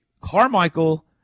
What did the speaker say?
Carmichael